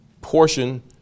portion